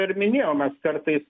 ir minėjau mes kartais